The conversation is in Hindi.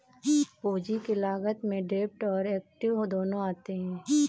पूंजी की लागत में डेब्ट और एक्विट दोनों आते हैं